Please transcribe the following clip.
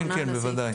כן, בוודאי.